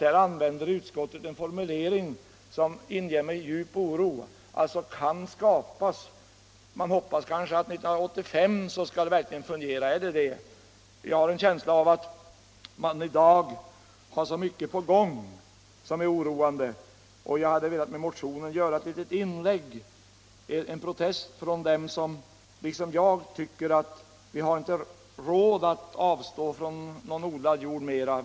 Här använder utskottet en formulering som inger mig djup oro — ”kan skapas”. Man hoppas kanske att det verkligen skall fungera 1985 — är det meningen? Jag har en känsla av att man i dag har så mycket på gång som kan vara oroande, och jag hade med motionen velat göra ett litet inlägg, avge en protest från dem som liksom jag tycker att vi inte har råd att avstå från någon odlad jord mer.